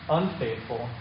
unfaithful